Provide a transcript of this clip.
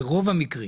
ברוב המקרים.